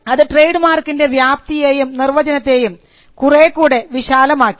അത് ട്രേഡ് മാർക്കിൻറെ വ്യാപ്തിയെയും നിർവചനത്തെയും കുറേക്കൂടെ വിശാലമാക്കി